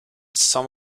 some